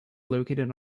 located